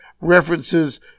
references